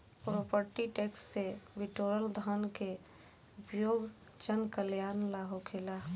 property tax से बिटोरल धन के उपयोग जनकल्यान ला होखेला